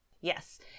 Yes